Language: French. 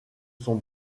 sont